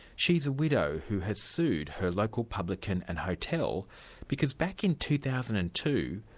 she's a widow who has sued her local publican and hotel because back in two thousand and two,